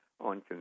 on